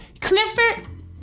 Clifford